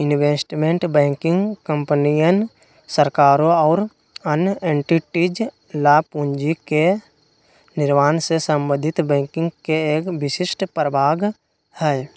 investment banking कंपनियन, सरकारों और अन्य एंटिटीज ला पूंजी के निर्माण से संबंधित बैंकिंग के एक विशिष्ट प्रभाग हई